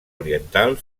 oriental